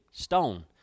stone